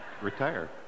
retire